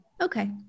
okay